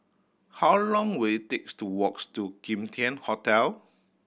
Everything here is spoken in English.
how long will it takes to walks to Kim Tian Hotel